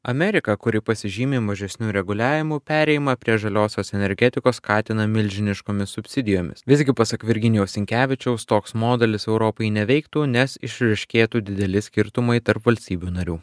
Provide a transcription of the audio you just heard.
amerika kuri pasižymi mažesniu reguliavimu perėjimą prie žaliosios energetikos skatina milžiniškomis subsidijomis visgi pasak virginijaus sinkevičiaus toks modelis europai neveiktų nes išryškėtų dideli skirtumai tarp valstybių narių